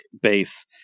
base